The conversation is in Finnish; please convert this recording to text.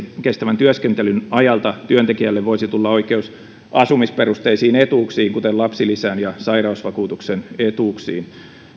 kestävän työskentelyn ajalta työntekijälle voisi tulla oikeus asumisperusteisiin etuuksiin kuten lapsilisään ja sairausvakuutuksen etuuksiin